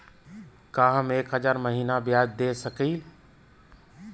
का हम एक हज़ार महीना ब्याज दे सकील?